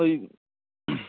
ওই